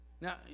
Now